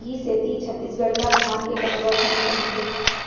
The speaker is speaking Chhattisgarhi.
इहीं सेती छत्तीसगढ़ ला धान के कटोरा घलोक कइथें